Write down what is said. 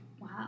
Wow